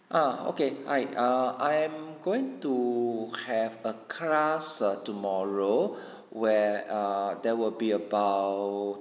err okay hi err I'm going to have a class err tomorrow where err there will be about